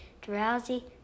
drowsy